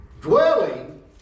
dwelling